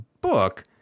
book